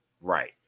Right